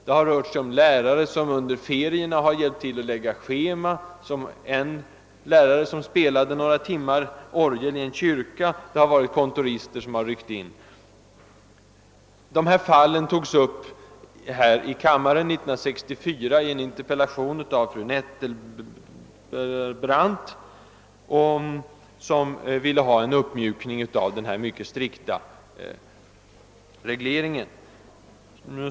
Det har rört sig om lärare som under ferierna hjälpt till att lägga upp schema, om lärare som spelat orgel i en kyrka några timmar eller om kontorister som har ryckt in. Dessa fall togs upp här i kammaren 1964 i en interpellation av fru Nettelbrandt som ville ha en uppmjukning av dessa mycket strikta bestämmelser.